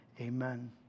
amen